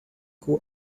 grow